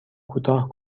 کوتاه